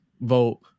vote